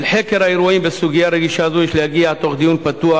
אל חקר האירועים בסוגיה רגישה זו יש להגיע תוך דיון פתוח,